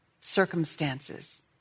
circumstances